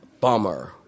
Bummer